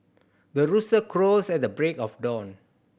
the rooster crows at the break of dawn